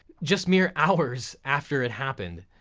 just mere hours after it happened.